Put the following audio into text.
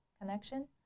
connection